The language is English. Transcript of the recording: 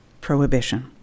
prohibition